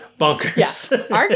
bonkers